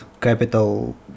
capital